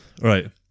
Right